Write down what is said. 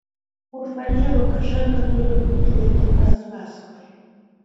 už valdžią lukašenka turi būti dėkingas maskvai